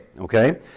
okay